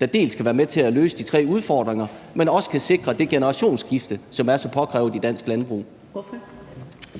der dels kan være med til at løse de tre udfordringer, dels kan sikre det generationsskifte, som er så påkrævet i dansk landbrug. Kl.